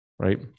right